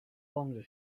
longer